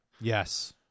Yes